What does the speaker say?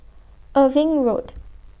Irving Road